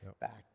back